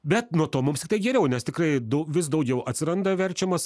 bet nuo to mums geriau nes tikrai dau vis daugiau atsiranda verčiamas